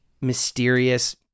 mysterious